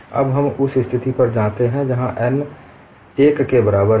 अब हम उस स्थिति पर जाते हैं जहां n 1 के बराबर है